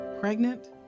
Pregnant